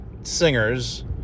singers